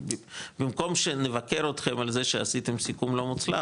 במקום שנבקר אותכם שעשיתם סיכום לא מוצלח,